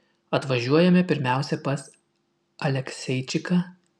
atvažiuojame pirmiausia pas alekseičiką